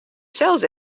sels